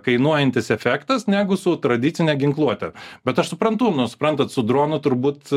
kainuojantis efektas negu su tradicine ginkluote bet aš suprantu nu suprantat su dronu turbūt